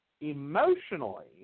emotionally